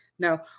No